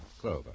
Clover